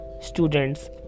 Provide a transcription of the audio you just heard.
students